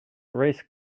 race